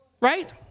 right